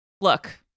look